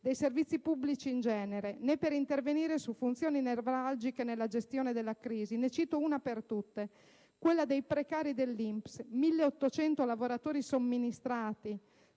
dei servizi pubblici in genere, né per intervenire su funzioni nevralgiche nella gestione della crisi. Ne cito una per tutte: quella dei precari dell'INPS. 1800 lavoratori somministrati